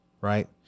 Right